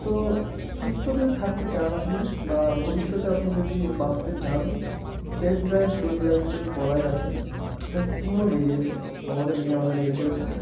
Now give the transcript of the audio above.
তো সুস্থতা থাকতে চান আপনি বা ভবিষ্যতে আপনি যদি বাঁচতে চান সেফ ড্রাইভ সেভ লাইফ তো বলাই আছে একটা স্কিমও বেরিয়েছে মমতা দিদি আমাদের বের করেছেন